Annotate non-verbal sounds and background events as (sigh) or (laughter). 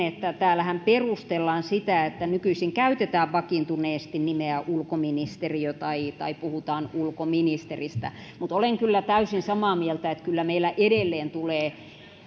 (unintelligible) että täällähän perustellaan sitä sillä että nykyisin käytetään vakiintuneesti nimeä ulkoministeriö tai tai puhutaan ulkoministeristä mutta olen kyllä täysin samaa mieltä että kyllä meillä edelleen tulee